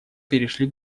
перешли